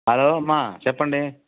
hello అమ్మా చెప్పండి